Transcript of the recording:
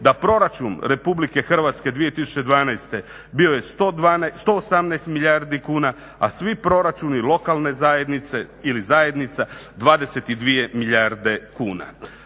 da Proračun RH 2012. bio je 118 milijardi kuna, a svi proračuni lokalne zajednice ili zajednica 22 milijarde kuna.